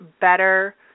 better